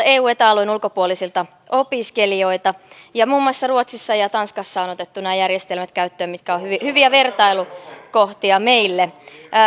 eu ja eta alueen ulkopuolisilta opiskelijoilta muun muassa ruotsissa ja tanskassa on otettu nämä järjestelmät käyttöön ne ovat hyviä vertailukohtia meille